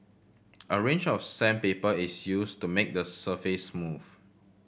a range of sandpaper is used to make the surface smooth